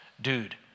dude